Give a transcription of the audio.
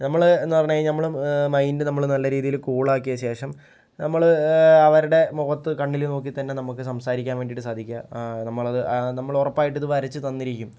നമ്മള് എന്നു പറഞ്ഞു കഴിഞ്ഞാൽ നമ്മളും മൈൻഡ് നമ്മള് നല്ല രീതിയില് കൂളാക്കിയശേഷം നമ്മള് അവരുടെ മുഖത്ത് കണ്ണിലു നോക്കിത്തന്നെ നമ്മൾക്ക് സംസാരിക്കാൻ വേണ്ടിയിട്ട് സാധിക്കുക നമ്മളത് നമ്മൾ ഉറപ്പായിട്ട് ഇത് വരച്ച് തന്നിരിക്കും